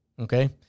Okay